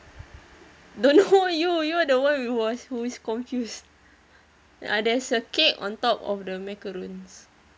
don't know you you are the one who was who is confused ah there's a cake on top of the macarons